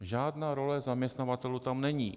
Žádná role zaměstnavatelů tam není.